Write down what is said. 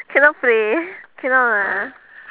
cannot play cannot lah